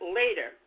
later